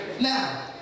Now